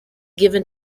given